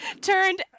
Turned